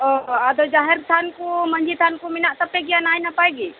ᱳᱚ ᱟᱫᱚ ᱡᱟᱦᱮᱨ ᱛᱷᱟᱱ ᱠᱩ ᱢᱟᱹᱡᱷᱤ ᱛᱷᱟᱱ ᱠᱩ ᱱᱟᱭ ᱱᱟᱯᱟᱭ ᱜᱮ